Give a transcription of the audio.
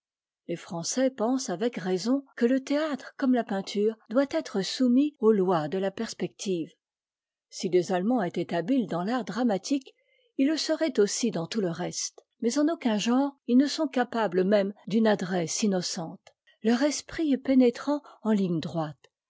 les français'pensent avec raison que le théâtre comme â peinture doit être soumis aux lois de la perspective si les allemands étaient habiles dans l'art dramatique iis té seraient aussi dans tout le reste mais en aucun genre ils ne sont capames même d'une adresse innocente leur esprit est pénétrant en igné droite